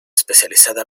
especializada